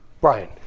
Brian